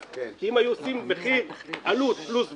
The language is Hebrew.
אם היו עושים מחיר עלות פלוס בלו,